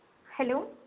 hello